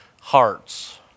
hearts